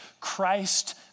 Christ